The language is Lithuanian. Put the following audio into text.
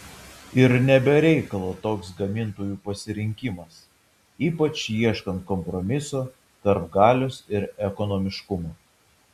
ir ne be reikalo toks gamintojų pasirinkimas ypač ieškant kompromiso tarp galios ir ekonomiškumo